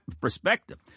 perspective